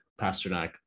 Pasternak